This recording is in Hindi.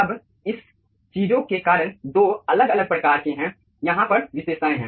अब इस चीजों के कारण 2 अलग अलग प्रकार के हैं यहाँ पर विशेषताएं हैं